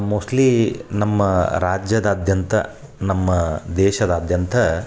mostly ನಮ್ಮ ರಾಜ್ಯದಾದ್ಯಂತ ನಮ್ಮ ದೇಶದಾದ್ಯಂತ